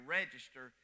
register